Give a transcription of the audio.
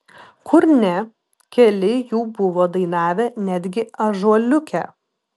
kur ne keli jų buvo dainavę netgi ąžuoliuke